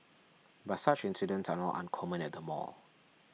but such incidents are not uncommon at the mall